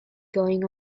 going